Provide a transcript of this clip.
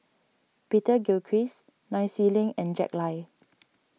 Peter Gilchrist Nai Swee Leng and Jack Lai